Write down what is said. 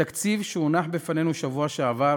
התקציב שהונח בפנינו בשבוע שעבר